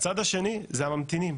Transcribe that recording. בצד השני זה הממתינים,